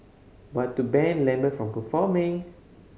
but to ban Lambert from performing